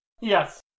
Yes